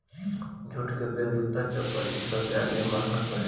jute के bag, जूता, चप्पल इ सब ज्यादे महंगा परेला